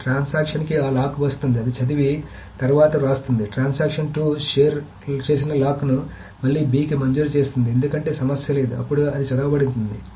కాబట్టి ట్రాన్సాక్షన్ కి ఆ లాక్ వస్తుంది అది చదివి తర్వాత వ్రాస్తుంది ట్రాన్సాక్షన్ 2 షేర్ చేసిన లాక్ను మళ్లీ b కి మంజూరు చేస్తుంది ఎందుకంటే సమస్య లేదు అప్పుడు అది చదవబడుతుంది